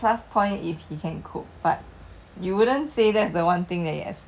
but like it's not something that you will normally expect from a guy I guess